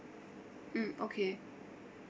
mm okay